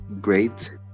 Great